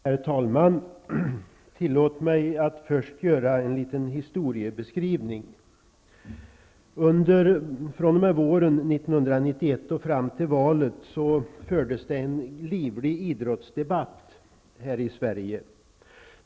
Herr talman! Tillåt mig att först göra en liten historiebeskrivning. fr.o.m. våren 1991 och fram till valet fördes det en livlig idrottsdebatt i Sverige.